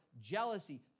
jealousy